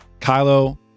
kylo